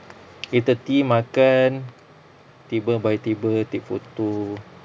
eight thirty makan table by table take photo